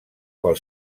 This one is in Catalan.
pel